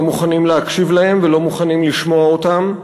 לא מוכנים להקשיב להם ולא מוכנים לשמוע אותם,